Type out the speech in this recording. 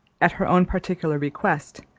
at her own particular request,